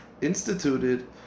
instituted